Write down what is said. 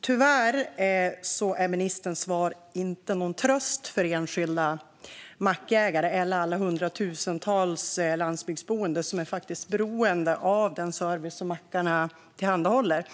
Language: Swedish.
Tyvärr är ministerns svar inte någon tröst för enskilda mackägare eller för alla hundratusentals landsbygdsboende som faktiskt är beroende av den service som mackarna tillhandahåller.